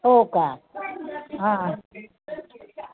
हो का हा